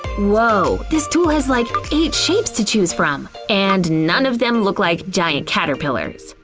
woah, this tool has like, eight shapes to choose from! and none of them look like giant caterpillars,